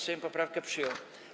Sejm poprawkę przyjął.